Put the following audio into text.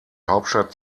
hauptstadt